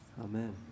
Amen